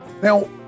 Now